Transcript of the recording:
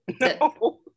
No